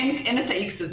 אין את האיקס הזה.